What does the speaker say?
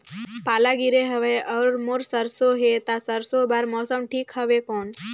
पाला गिरे हवय अउर मोर सरसो हे ता सरसो बार मौसम ठीक हवे कौन?